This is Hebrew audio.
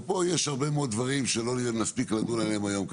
ופה יש הרבה מאוד דברים שלא נספיק לדון עליהם היום,